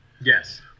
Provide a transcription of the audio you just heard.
yes